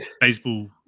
baseball